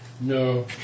No